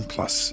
Plus